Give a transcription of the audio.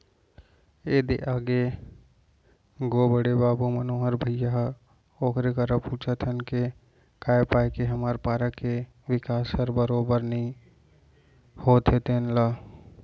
ए दे आगे गो बड़े बाबू मनोहर भइया ह ओकरे करा पूछत हन के काय पाय के हमर पारा के बिकास हर बरोबर नइ होत हे तेन ल